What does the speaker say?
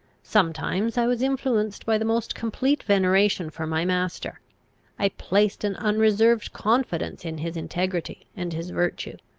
sometimes i was influenced by the most complete veneration for my master i placed an unreserved confidence in his integrity and his virtue,